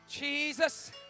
Jesus